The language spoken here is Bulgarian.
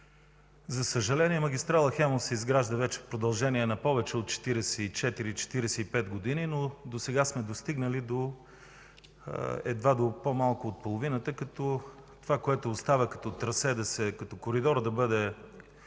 За съжаление магистрала „Хемус” се изгражда в продължение на повече от 44 - 45 години, но досега сме достигнали едва до по-малко от половината, като това, което остава като коридор да бъде